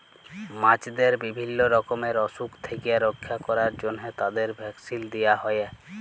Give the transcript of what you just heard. মাছদের বিভিল্য রকমের অসুখ থেক্যে রক্ষা ক্যরার জন্হে তাদের ভ্যাকসিল দেয়া হ্যয়ে